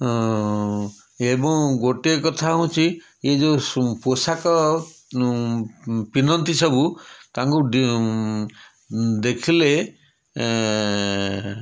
ଏବଂ ଗୋଟେ କଥା ହେଉଛି ଏଇ ଯେଉଁ ପୋଷାକ ପିନ୍ଧନ୍ତି ସବୁ ତାଙ୍କୁ ଦେଖିଲେ